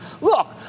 Look